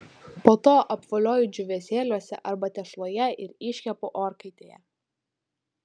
po to apvolioju džiūvėsiuose arba tešloje ir iškepu orkaitėje